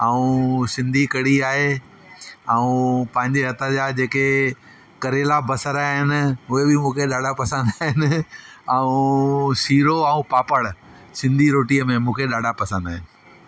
ऐं सिंधी कढ़ी आहे ऐं पंहिंजे हथ जा जे के करेला बसर आहिनि उहे बि मूंखे ॾाढा पसंदि आहिनि ऐं सीरो ऐं पापड़ सिंधी रोटीअ में मूंखे ॾाढा पसंदि आहिनि